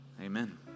Amen